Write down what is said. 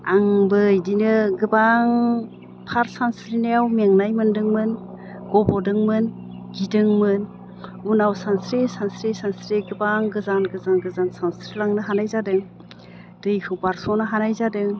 आंबो बिदिनो गोबां फार सानस्रिनायाव मेंनाय मोन्दोंमोन गब'दोंमोन गिदोंमोन उनाव सानस्रियै सानस्रियै गोबां गोजान गोजान सानस्रिलांनो हानाय जादोंं दैखौ बारस'नो हानाय जादों